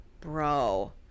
bro